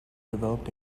developed